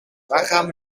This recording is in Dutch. gaan